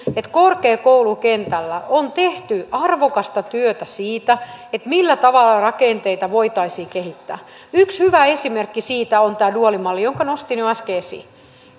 että korkeakoulukentällä on tehty arvokasta työtä siinä millä tavalla rakenteita voitaisiin kehittää yksi hyvä esimerkki siitä on tämä duaalimalli jonka nostin jo äsken esiin